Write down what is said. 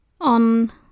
on